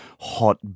Hot